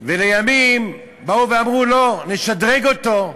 ולימים באו ואמרו: נשדרג אותו.